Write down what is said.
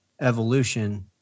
evolution